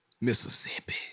Mississippi